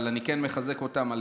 אבל אני כן מחזק אותם על